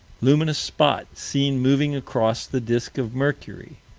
luminous spot seen moving across the disk of mercury,